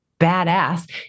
badass